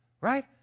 Right